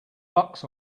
bucks